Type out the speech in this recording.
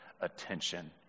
attention